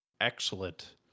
excellent